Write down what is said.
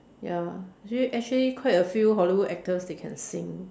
ya actually actually quite a few Hollywood actors they can sing